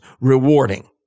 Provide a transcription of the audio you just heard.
rewarding